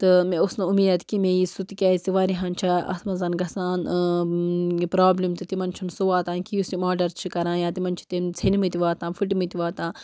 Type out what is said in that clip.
تہٕ مےٚ ٲس نہٕ اُمید کہِ مےٚ یی سُہ تِکیٛازِ تہِ واریاہَن چھےٚ اَتھ منٛز گژھان پرٛابلِم تہِ تِمَن چھِنہٕ سُہ واتان کہِ یُس تِم آرڈَر چھِ کران یا تِمَن چھِ تِم ژھیٚنۍمٕتۍ واتان پھٕٹۍمٕتۍ واتان